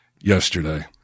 yesterday